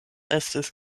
estis